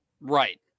right